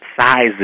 sizes